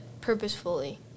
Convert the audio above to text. purposefully